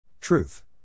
Truth